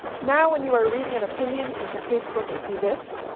now when you are reading an opinion in your casebook and see this,